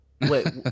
Wait